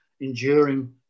enduring